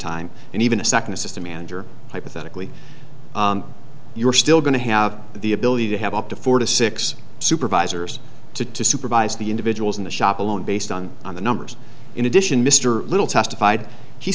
time and even a second assistant manager hypothetically you're still going to have the ability to have up to four to six supervisors to to supervise the individuals in the shop alone based on on the numbers in addition mr little testified he